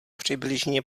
přibližně